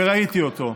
וראיתי אותו.